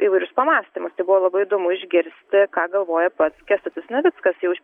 įvairius pamąstymus tai buvo labai įdomu išgirsti ką galvoja pats kęstutis navickas jau iš